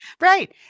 Right